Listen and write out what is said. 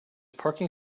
parking